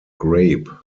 grape